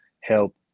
help